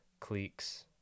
Cleeks